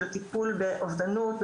של הטיפול באובדנות,